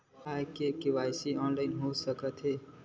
का KYC online हो सकथे?